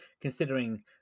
considering